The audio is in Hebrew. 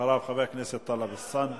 אחריו, חבר הכנסת טלב אלסאנע,